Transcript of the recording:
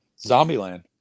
Zombieland